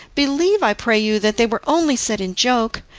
believe, i pray you, that they were only said in joke.